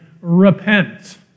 Repent